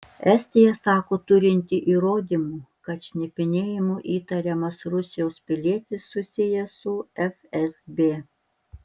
estija sako turinti įrodymų kad šnipinėjimu įtariamas rusijos pilietis susijęs su fsb